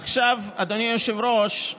עכשיו, אדוני היושב-ראש,